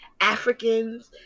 Africans